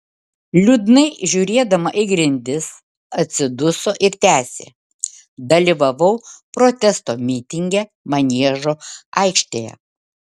liūdnai žiūrėdama į grindis atsiduso ir tęsė dalyvavau protesto mitinge maniežo aikštėje